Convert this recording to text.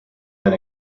been